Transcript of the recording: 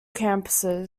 campuses